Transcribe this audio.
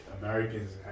Americans